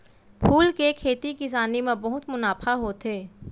फूल के खेती किसानी म बहुत मुनाफा होथे